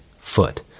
foot